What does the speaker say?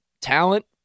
talent